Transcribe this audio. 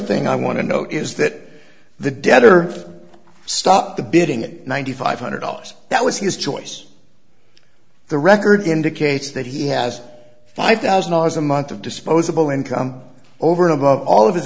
thing i want to know is that the debtor stopped the bidding it ninety five hundred dollars that was his choice the record indicates that he has five thousand dollars a month of disposable income over and above all of his